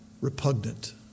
repugnant